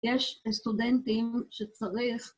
יש סטודנטים שצריך...